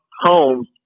homes